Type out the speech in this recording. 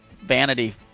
vanity